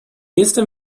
jestem